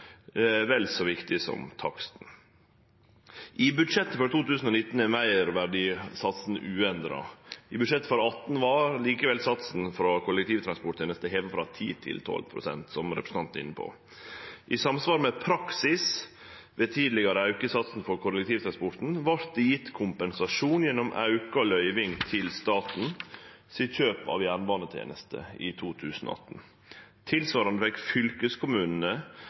vel så viktig som taksten. I budsjettet for 2019 er meirverdisatsen uendra. I budsjettet for 2018 var likevel satsen for kollektivtransportteneste heva frå 10 pst. til 12 pst., som representanten er inne på. I samsvar med praksis ved tidlegare auke i satsen for kollektivtransporten vart det gjeve kompensasjon gjennom auka løyving til staten sitt kjøp av jernbaneteneste i 2018. Tilsvarande fekk fylkeskommunane